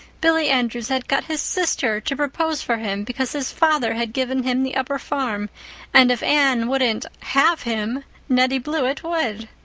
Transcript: billy andrews had got his sister to propose for him because his father had given him the upper farm and if anne wouldn't have him nettie blewett would.